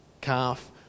calf